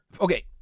Okay